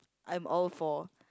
I'm all for